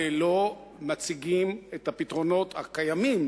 ולא מציגים את הפתרונות הקיימים,